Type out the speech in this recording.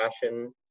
fashion